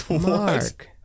Mark